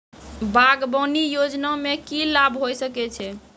बागवानी योजना मे की लाभ होय सके छै?